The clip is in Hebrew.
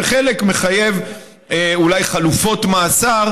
וחלק מחייבים אולי חלופות מאסר.